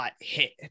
hit